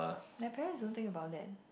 my parent don't think about that